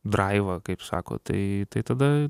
draivą kaip sako tai tai tada